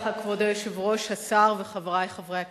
כבוד היושב-ראש, תודה רבה, השר וחברי חברי הכנסת,